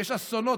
יש אסונות.